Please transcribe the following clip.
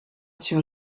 sur